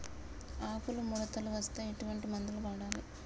ఆకులు ముడతలు వస్తే ఎటువంటి మందులు వాడాలి?